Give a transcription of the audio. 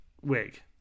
wig